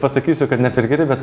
pasakysiu kad ne per geri bet